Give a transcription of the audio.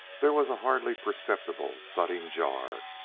there was a hardly perceptible thudding jar.